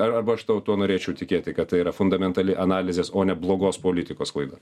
arba aš tau tuo norėčiau tikėti kad tai yra fundamentali analizės o ne blogos politikos klaida